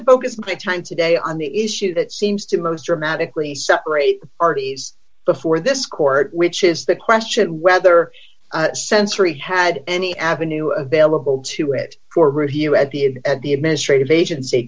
focus my time today on the issue that seems to most dramatically separate parties before this court which is the question whether sensory had any avenue available to it or here at the end the administrative agency